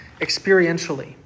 experientially